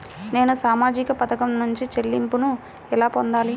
నేను సామాజిక పథకం నుండి చెల్లింపును ఎలా పొందాలి?